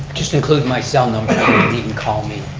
just include my cell number and he can call me.